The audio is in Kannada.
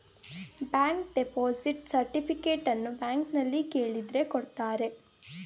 ಬ್ಯಾಂಕ್ ಡೆಪೋಸಿಟ್ ಸರ್ಟಿಫಿಕೇಟನ್ನು ಬ್ಯಾಂಕ್ನಲ್ಲಿ ಕೇಳಿದ್ರೆ ಕೊಡ್ತಾರೆ